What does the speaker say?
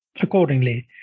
accordingly